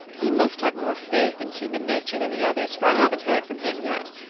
he must have more faith in human nature than the others, for i haven't heard from him yet.